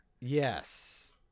Yes